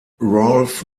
rolf